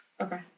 Okay